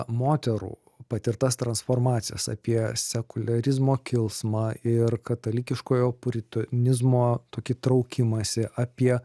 moterų patirtas transformacijas apie sekuliarizmo kilsmą ir katalikiškojo puritonizmo tokį traukimąsi apie